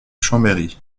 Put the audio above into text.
chambéry